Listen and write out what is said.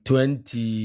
Twenty